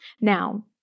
Now